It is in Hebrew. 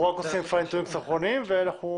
אנחנו כבר עושים פיין-טיונינגס אחרונים ונאשר.